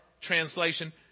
translation